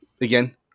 Again